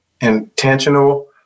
intentional